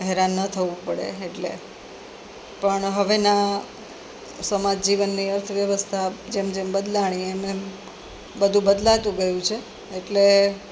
હેરાન ન થવું પડે એટલે પણ હવેનાં સમાજ જીવનની અર્થવ્યવસ્થા જેમ જેમ બદલાઈ એમ એમ બધું બદલાતું ગયું છે એટલે